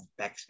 backspace